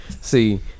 See